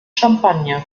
champagne